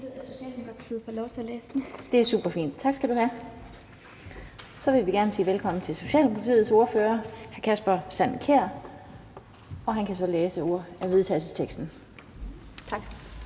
Det er super fint. Tak skal ordføreren have. Så vil vi gerne sige velkommen til Socialdemokratiets ordfører, hr. Kasper Sand Kjær, og han kan så læse forslaget til vedtagelse op. Kl.